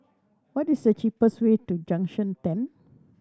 what is the cheapest way to Junction Ten